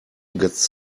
gets